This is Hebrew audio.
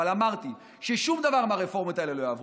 אבל אמרתי ששום דבר מהרפורמות האלה לא יעבור.